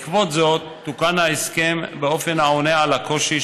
בעקבות זאת תוקן ההסכם באופן העונה על הקושי